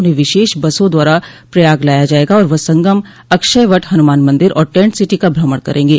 उन्हें विशेष बसों द्वारा प्रयाग लाया जायेगा और वह संगम अक्षयवट हनुमान मंदिर और टेंट सिटी का भ्रमण करेंगे